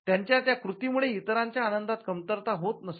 त्यांच्या त्या कृतीमुळे इतरांच्या आनंदात कमतरता होत नसते